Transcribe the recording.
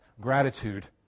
gratitude